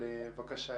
בבקשה.